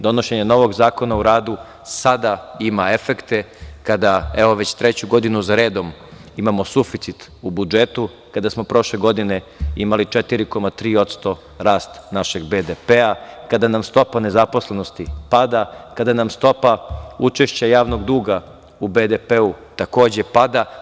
Donošenje novog Zakona o radu sada ima efekte, a kada evo već treću godinu za redom imamo suficit u budžetu, kada smo prošle godine imali 4,3% rasta našeg BDP, kada nam stopa nezaposlenosti pada, kada nam stopa učešća javnog duga u BDP, takođe, pada.